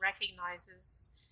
recognizes